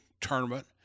tournament